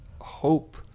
hope